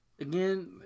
Again